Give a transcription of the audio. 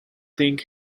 think